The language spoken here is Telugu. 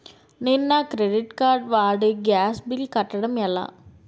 నేను నా క్రెడిట్ కార్డ్ వాడి గ్యాస్ బిల్లు కట్టడం ఎలా?